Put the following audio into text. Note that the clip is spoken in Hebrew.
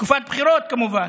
בתקופת בחירות, כמובן.